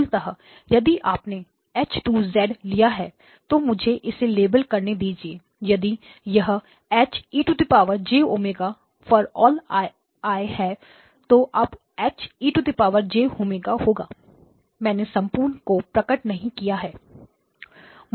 मूलतः यदि आपने H 2 लिया है तो मुझे इसे लेबल करने दीजिए यदि यह H e jω∨¿ है तो अब H e jω8 होगा मैंने संपूर्ण को प्रकट नहीं किया है